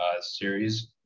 series